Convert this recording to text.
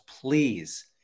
please